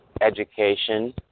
education